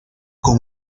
con